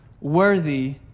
worthy